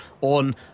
on